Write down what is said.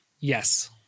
Yes